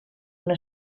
una